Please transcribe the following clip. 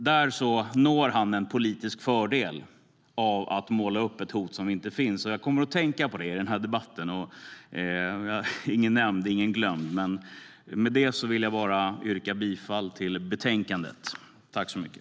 Han når en politisk fördel av att måla upp ett hot som inte finns. Jag kom att tänka på det i den här debatten - ingen nämnd, ingen glömd. Med det vill jag yrka bifall till förslaget i betänkandet.